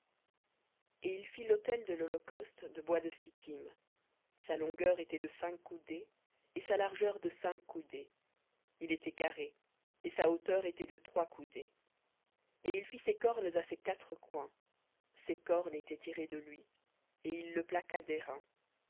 et il fit l'autel de l'holocauste de bois de sittim sa longueur était de cinq coudées et sa largeur de cinq coudées il était carré et sa hauteur était de trois coudées et il fit ses cornes à ses quatre coins ses cornes étaient de lui et il le plaqua